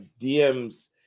DMs